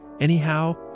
anyhow